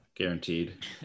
guaranteed